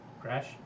Crash